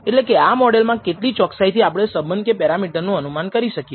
એટલે કે આ મોડલમાં કેટલી ચોકસાઇથી આપણે સંબંધ કે પેરામીટરનું અનુમાન કરી શકીએ